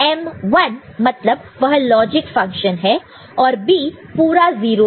M 1 मतलब वह एक लॉजिक फंक्शन है और B पूरा 0's है